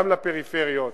גם לפריפריה,